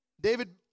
David